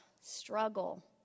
struggle